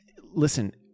listen